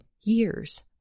years